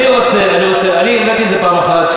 אני הבאתי את זה פעם אחת,